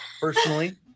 Personally